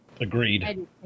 Agreed